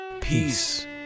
Peace